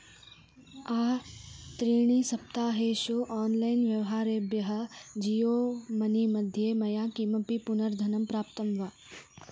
आत्रीणि सप्ताहेषु आन्लैन् व्यवहारेभ्यः जीयो मनी मध्ये मया किमपि पुनर्धनं प्राप्तं वा